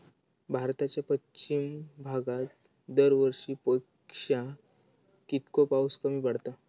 भारताच्या पश्चिम भागात दरवर्षी पेक्षा कीतको पाऊस कमी पडता?